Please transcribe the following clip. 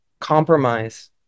compromise